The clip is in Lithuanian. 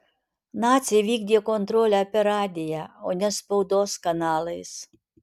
naciai vykdė kontrolę per radiją o ne spaudos kanalais